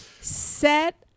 Set